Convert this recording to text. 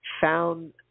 found